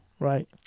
Right